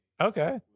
Okay